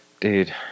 dude